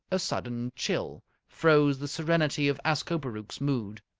a sudden chill froze the serenity of ascobaruch's mood.